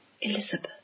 Elizabeth